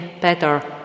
better